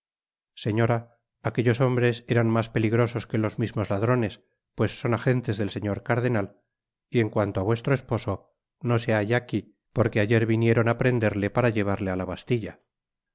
señora aquellos hombres eran mas peligrosos que los mismos ladrones pues son agentes del señor cardenal y en cuanto á vuestro esposo no fe alia aquí porque ayer vinieron á prenderle para llevarle á la bastilla